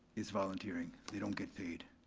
is volunteering, they don't get paid.